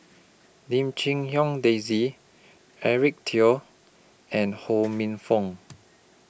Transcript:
Lim Chim Hong Daisy Eric Teo and Ho Minfong